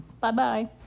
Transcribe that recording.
Bye-bye